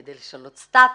כדי לשנות סטאטוס,